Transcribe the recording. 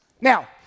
Now